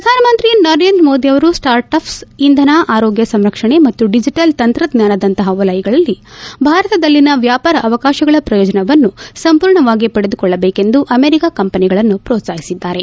ಪ್ರಧಾನಮಂತ್ರಿ ನರೇಂದ್ರ ಮೋದಿ ಅವರು start ups ಇಂಧನ ಆರೋಗ್ಯ ಸಂರಕ್ಷಣೆ ಮತ್ತು ಡಿಜಿಟಲ್ ತಂತ್ರಜ್ವಾನದಂತಹ ವಲಯಗಳಲ್ಲಿ ಭಾರತದಲ್ಲಿನ ವ್ಯಾಪಾರ ಅವಕಾಶಗಳ ಪ್ರಯೋಜನವನ್ನು ಸಂಪೂರ್ಣವಾಗಿ ಪಡೆದುಕೊಳ್ಳಬೇಕೆಂದು ಅಮೆರಿಕಾ ಕಂಪೆನಿಗಳನ್ನು ಪ್ರೋತ್ಸಾಹಿಸಿದ್ದಾರೆ